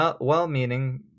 well-meaning